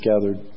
gathered